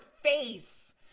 face